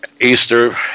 Easter